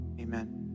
Amen